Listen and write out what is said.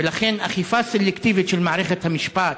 ולכן אכיפה סלקטיבית של מערכת המשפט,